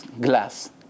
glass